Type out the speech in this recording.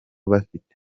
bafite